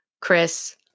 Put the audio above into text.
Chris